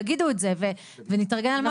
תגידו את זה ונתארגן על משהו אחר.